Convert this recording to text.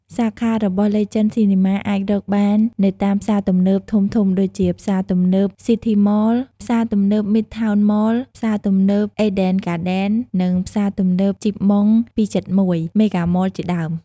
សាខារបស់ លេជេន ស៊ីនីម៉ា អាចរកបាននៅតាមផ្សារទំនើបធំៗដូចជា ផ្សារទំនើប ស៊ីធីម៉ល, ផ្សារទំនើប មីដថោន ម៉ល, ផ្សារទំនើប អេដេន ហ្គាដិន, និង ផ្សារទំនេីប ជីបម៉ុង ពីរ ចិតមួយ (271) មេហ្គាម៉ល ជាដើម។